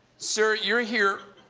sir, you're here